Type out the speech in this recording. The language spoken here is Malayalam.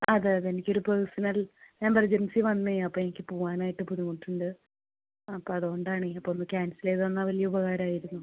അതെ അതെ എനിക്ക് ഒരു പേഴ്സണൽ എമർജൻസി വന്നേ അപ്പം എനിക്ക് പോവാൻ ആയിട്ട് ബുദ്ധിമുട്ട് ഉണ്ട് അപ്പം അതുകൊണ്ട് ആണ് അപ്പം ഒന്ന് ക്യാൻസൽ ചെയ്ത് തന്നാൽ വലിയ ഉപകാരം ആയിരുന്നു